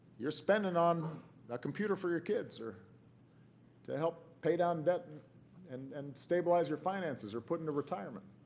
you're spending on a computer for your kids, or to help pay down debt and and stabilize your finances or put into retirement.